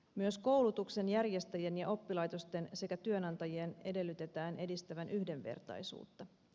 myös koulutuksen järjestäjien ja oppilaitosten sekä työnantajien edellytetään edistävän yhdenvertaisuutta